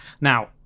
Now